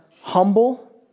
humble